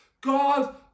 God